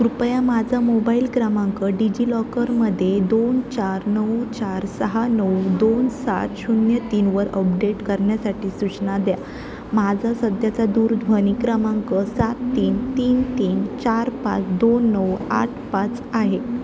कृपया माझा मोबाईल क्रमांक डिजिलॉकरमध्ये दोन चार नऊ चार सहा नऊ दोन सात शून्य तीनवर अपडेट करण्यासाठी सूचना द्या माझा सध्याचा दूरध्वनी क्रमांक सात तीन तीन तीन चार पाच दोन नऊ आठ पाच आहे